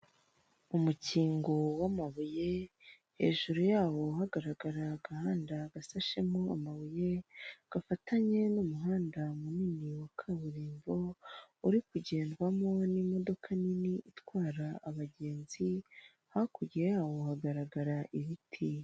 Umukingo w'amabuye, hejuru yawo hagaragara agahanda gasashemo amabuye, gafatanye n'umuhanda munini wa kaburimbo, uri kugendwamo n'imodoka nini itwara abagenzi, hakurya yawo hagaragara ibiti.